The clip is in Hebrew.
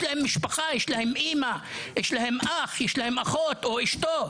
יש להם אמא, אח ואחות, או אישה.